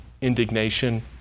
indignation